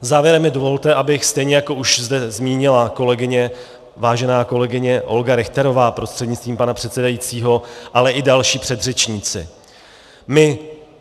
Závěrem mi dovolte, abych řekl, stejně jako už zde zmínila kolegyně, vážená kolegyně Olga Richterová, prostřednictvím pana předsedajícího, ale i další předřečníci, my